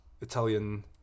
Italian